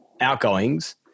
outgoings